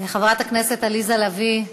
חברת הכנסת עליזה לביא.